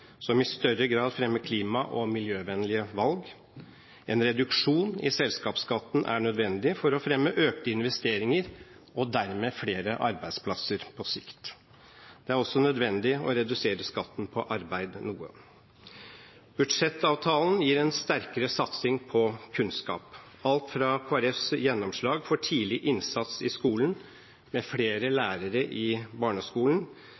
som i større grad fremmer klima- og miljøvennlige valg. En reduksjon i selskapsskatten er nødvendig for å fremme økte investeringer og dermed flere arbeidsplasser på sikt. Det er også nødvendig å redusere skatten på arbeid noe. Budsjettavtalen gir en sterkere satsing på kunnskap – alt fra Kristelig Folkepartis gjennomslag for tidlig innsats i skolen, med flere lærere i barneskolen,